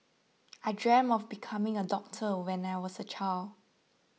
I dreamt of becoming a doctor when I was a child